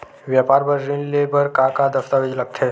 व्यापार बर ऋण ले बर का का दस्तावेज लगथे?